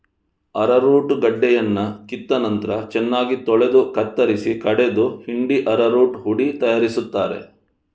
arrowroot ಗಡ್ಡೆಯನ್ನ ಕಿತ್ತ ನಂತ್ರ ಚೆನ್ನಾಗಿ ತೊಳೆದು ಕತ್ತರಿಸಿ ಕಡೆದು ಹಿಂಡಿ ಅರರೂಟ್ ಹುಡಿ ತಯಾರಿಸ್ತಾರೆ